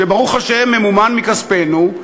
שברוך השם ממומן מכספנו,